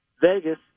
Vegas